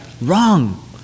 Wrong